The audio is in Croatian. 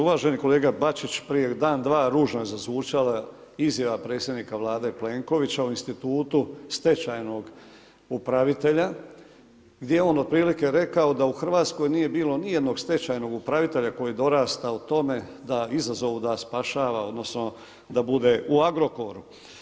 Uvaženi kolega Bačić, prije dan, dva, ružno je zazvučala izjava predsjednika Vlade Plenkovića o institutu stečajnog upravitelja gdje je on otprilike rekao da u Hrvatskoj nije bilo nijednog stečajnog upravitelja koji je dorastao tome izazovu da spašava, odnosno da bude u Agrokoru.